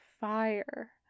fire